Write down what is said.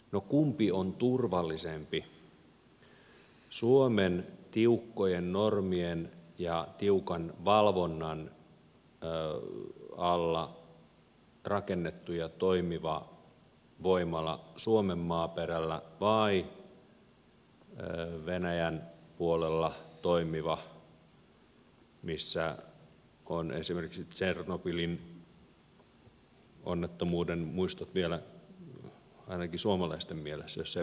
no kumpi on turvallisempi suomen tiukkojen normien ja tiukan valvonnan alla rakennettu ja toimiva voimala suomen maaperällä vai venäjän puolella toimiva missä ovat esimerkiksi tsernobylin onnettomuuden muistot vielä ainakin suomalaisten mielessä jos eivät paikallisten mielessä